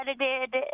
edited